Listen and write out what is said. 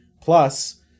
plus